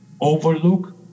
overlook